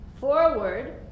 forward